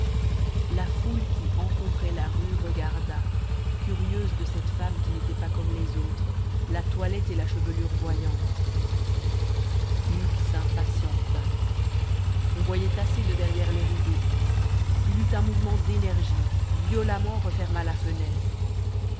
la foule qui encombrait la rue regarda curieuse de cette femme qui n'était pas comme les autres la toilette et la chevelure voyantes hugues s'impatienta on voyait assez de derrière les rideaux il eut un mouvement d'énergie violemment referma la fenêtre